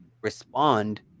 Respond